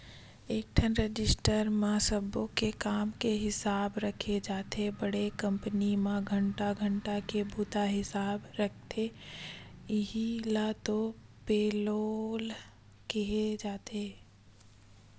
एकठन रजिस्टर म सब्बो के काम के हिसाब राखे जाथे बड़े कंपनी म घंटा घंटा के बूता हिसाब राखथे इहीं ल तो पेलोल केहे जाथे